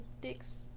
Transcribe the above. dicks